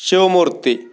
Shivamurthy